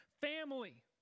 family